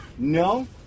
No